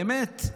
באמת,